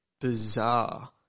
bizarre